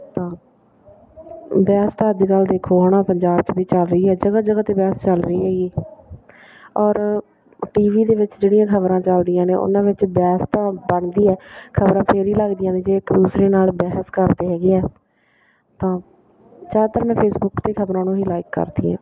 ਤਾਂ ਬਹਿਸ ਤਾਂ ਅੱਜ ਕੱਲ੍ਹ ਦੇਖੋ ਹੈ ਨਾ ਪੰਜਾਬ 'ਚ ਵੀ ਚੱਲ ਰਹੀ ਹੈ ਜਗ੍ਹਾ ਜਗ੍ਹਾ 'ਤੇ ਬਹਿਸ ਚਲ ਰਹੀ ਹੈਗੀ ਔਰ ਟੀ ਵੀ ਦੇ ਵਿੱਚ ਜਿਹੜੀਆਂ ਖਬਰਾਂ ਚੱਲਦੀਆਂ ਨੇ ਉਹਨਾਂ ਵਿੱਚ ਬਹਿਸ ਤਾਂ ਬਣਦੀ ਹੈ ਖਬਰਾਂ ਫਿਰ ਹੀ ਲੱਗਦੀਆਂ ਨੇ ਜੇ ਇੱਕ ਦੂਸਰੇ ਨਾਲ ਬਹਿਸ ਕਰਦੇ ਹੈਗੇ ਆ ਤਾਂ ਜ਼ਿਆਦਾਤਰ ਮੈ ਫੇਸਬੁੱਕ 'ਤੇ ਖਬਰਾਂ ਨੂੰ ਹੀ ਲਾਈਕ ਕਰਦੀ ਹਾਂ